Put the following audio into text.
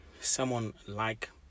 someone-like